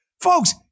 Folks